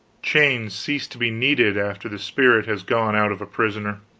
chains cease to be needed after the spirit has gone out of a prisoner.